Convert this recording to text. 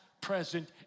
present